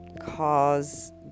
cause